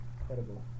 incredible